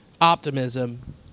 optimism